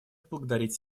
поблагодарить